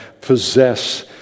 possess